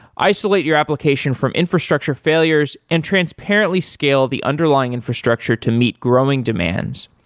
isolate your application from infrastructure failures and transparently scale the underlying infrastructure to meet growing demands,